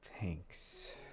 Thanks